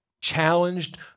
challenged